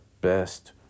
best